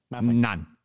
None